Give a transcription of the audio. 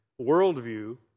worldview